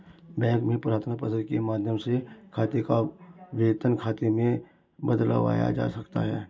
bank में प्रार्थना पत्र के माध्यम से खाते को वेतन खाते में बदलवाया जा सकता है